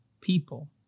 people